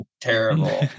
terrible